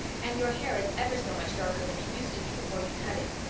and your hair is ever so much darker than it used to be before you cut it.